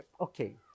Okay